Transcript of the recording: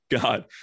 god